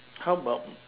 how about